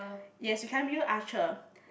yes you can be a archer